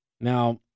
Now